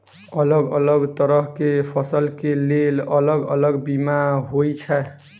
अलग अलग तरह केँ फसल केँ लेल अलग अलग बीमा होइ छै?